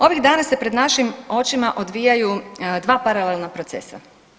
Ovih dana se pred našim očima odvijaju dva paralelna procesa.